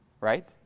right